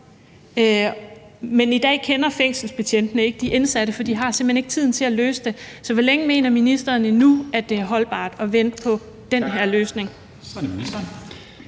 Men i dag kender fængselsbetjentene ikke de indsatte, for de har simpelt hen ikke tiden til at løse det. Så hvor længe mener ministeren, at det endnu er holdbart at vente på den her løsning?